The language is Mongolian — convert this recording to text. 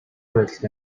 байдалд